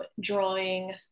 drawing